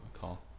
call